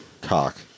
Cock